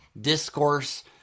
discourse